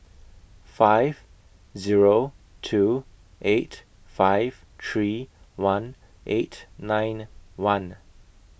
five Zero two eight five three one eight nine one